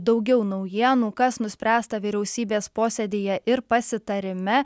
daugiau naujienų kas nuspręsta vyriausybės posėdyje ir pasitarime